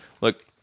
look